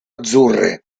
azzurre